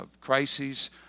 crises